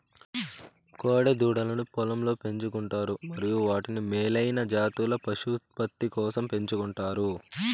కోడె దూడలను పొలంలో పెంచు కుంటారు మరియు వాటిని మేలైన జాతుల పునరుత్పత్తి కోసం పెంచుకుంటారు